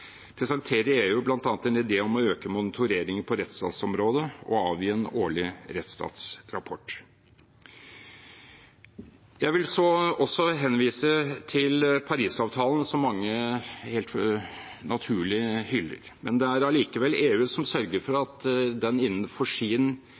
presenterer EU bl.a. en idé om å øke monitoreringen på rettsstatsområdet og avgi en årlig rettsstatsrapport. Jeg vil så også henvise til Parisavtalen, som mange helt naturlig hyller. Men det er allikevel EU som sørger for